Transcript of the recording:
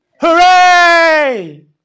hooray